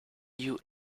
you